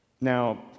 Now